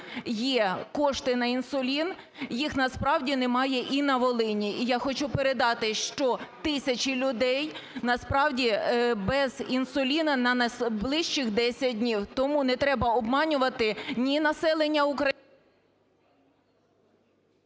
є кошти на інсулін, їх насправді немає і на Волині. І я хочу передати, що тисячі людей насправді без інсуліну на найближчих 10 днів. Тому не треба обманювати ні населення … ГОЛОВУЮЧИЙ.